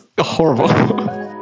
horrible